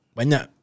banyak